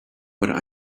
but